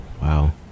Wow